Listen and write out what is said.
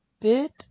bit